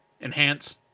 Enhance